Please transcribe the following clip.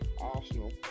Arsenal